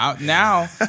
Now